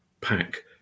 pack